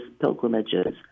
pilgrimages